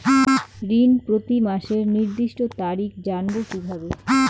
ঋণ প্রতিমাসের নির্দিষ্ট তারিখ জানবো কিভাবে?